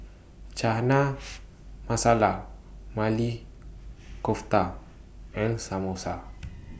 Chana Masala Maili Kofta and Samosa